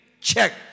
check